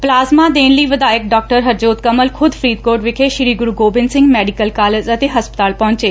plasma ਦੇਣ ਲਈ ਵਿਧਾਇਕ ਡਾਕਟਰ ਹਰਜੋਤ ਕਮਲ ਖੁਦ ਫਰੀਦਕੋਟ ਵਿਖੇ ਸ੍ਰੀ ਗੁਰੁ ਗੋਬਿੰਦ ਸਿੰਘ ਮੈਡੀਕਲ ਕਾਲਜ ਅਤੇ ਹਸਪਤਾਲ ਪਹੁੰਚੇ